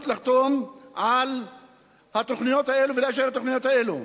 לחתום על התוכניות האלה ולאשר את התוכניות האלו?